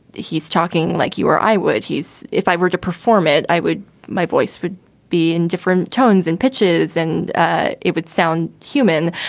he's talking like you or i would he's if i were to perform it, i would my voice would be in different tones and pitches and ah it would sound human.